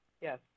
Yes